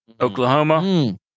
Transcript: Oklahoma